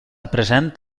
present